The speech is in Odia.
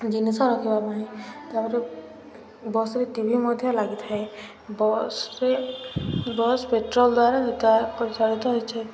ଜିନିଷ ରଖିବା ପାଇଁ ତାପରେ ବସ୍ରେ ଟି ଭି ମଧ୍ୟ ଲାଗିଥାଏ ବସ୍ରେ ବସ୍ ପେଟ୍ରୋଲ ଦ୍ୱାରା ପରିଚାଳିତ ହୋଇଥାଏ